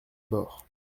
bord